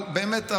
אבל באמת,